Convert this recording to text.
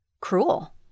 cruel